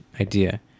idea